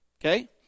okay